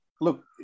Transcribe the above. look